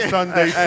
Sunday